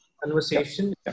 Conversation